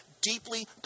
deeply